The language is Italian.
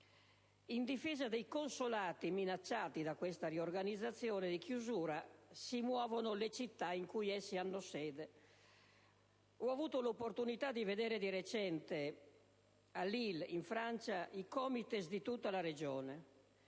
In difesa dei consolati minacciati di chiusura da questa riorganizzazione si muovono le città in cui essi hanno sede. Ho avuto l'opportunità di vedere di recente a Lille, in Francia, i COMITES di tutta la regione